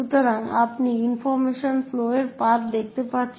সুতরাং আপনি information flow এর পাথ দেখতে পাচ্ছেন